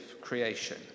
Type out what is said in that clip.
creation